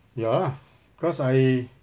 ya lah cause I